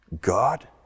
God